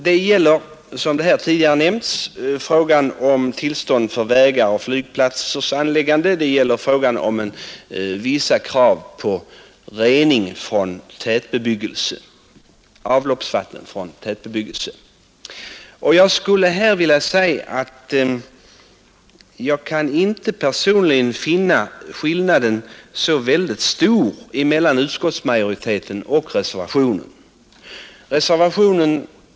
De gäller, som här tidigare har nämnts, frågan om tillståndsplikt för vägar och flygplatsers anläggande samt frågan om vissa krav på rening av avloppsvatten från tätbebyggelse. Jag skulle här vilja säga att jag inte personligen kan finna skillnaden mellan utskottsmajoritetens förslag och reservanternas förslag särskilt stor.